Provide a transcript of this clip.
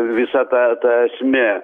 ir visa ta ta esmė